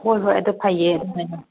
ꯍꯣꯏ ꯍꯣꯏ ꯑꯗꯨ ꯐꯩꯌꯦ